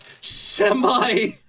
semi